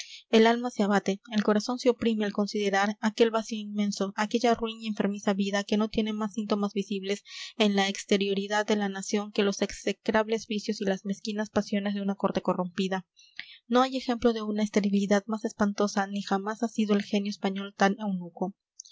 el alma se abate el corazón se oprime al considerar aquel vacío inmenso aquella ruin y enfermiza vida que no tiene más síntomas visibles en la exterioridad de la nación que los execrables vicios y las mezquinas pasiones de una corte corrompida no hay ejemplo de una esterilidad más espantosa ni jamás ha sido el genio español tan eunuco